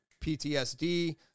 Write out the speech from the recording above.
PTSD